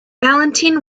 valentine